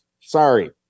Sorry